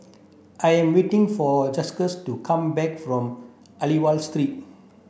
I am waiting for Justus to come back from Aliwal Street